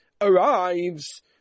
arrives